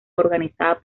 organizada